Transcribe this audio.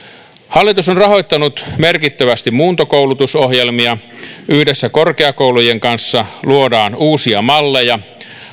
hallitus on rahoittanut merkittävästi muuntokoulutusohjelmia yhdessä korkeakoulujen kanssa luodaan uusia malleja